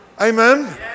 Amen